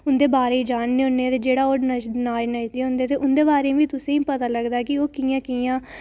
ते उं'दे बारै च जानने होन्ने ते जेह्ड़ा ओह् नाच नचदे ते उं'दे बारै च बी तुसें गी पता चलदा कि ओह् कि'यां कि'यां